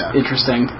interesting